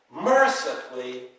mercifully